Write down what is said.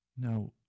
Now